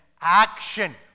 action